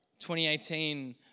2018